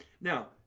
now